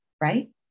right